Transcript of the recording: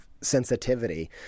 sensitivity